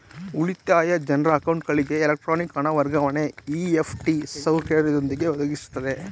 ಉಳಿತಾಯ ಜನ್ರ ಅಕೌಂಟ್ಗಳಿಗೆ ಎಲೆಕ್ಟ್ರಾನಿಕ್ ಹಣ ವರ್ಗಾವಣೆ ಇ.ಎಫ್.ಟಿ ಸೌಕರ್ಯದೊಂದಿಗೆ ಒದಗಿಸುತ್ತೆ